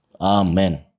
Amen